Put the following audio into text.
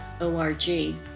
O-R-G